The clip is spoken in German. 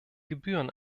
gebühren